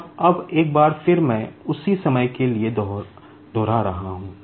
और अब एक बार फिर मैं उसी समय के लिए दोहरा रहा हूं